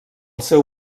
seu